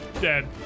dead